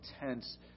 intense